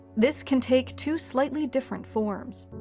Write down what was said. this can take two slightly different forms.